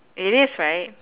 it is right